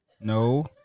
No